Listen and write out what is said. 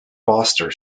foster